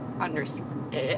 understand